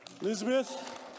Elizabeth